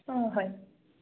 অঁ হয়